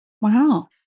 Wow